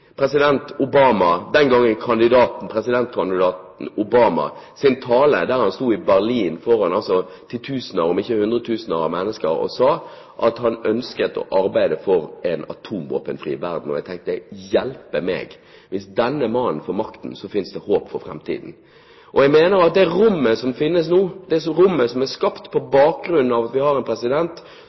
tale der han sto i Berlin foran titusener, om ikke hundretusener, av mennesker og sa at han ønsket å arbeide for en atomvåpenfri verden. Jeg tenkte: Hjelpe meg, hvis denne mannen får makten, finnes det håp for framtiden. Jeg mener at det rommet som finnes nå, det rommet som er skapt på bakgrunn av at man har en president